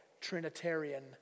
Trinitarian